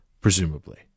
presumably